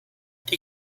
die